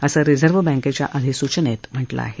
असं रिझर्व्ह बँकेच्या अधिसूचनेत म्हटलं आहे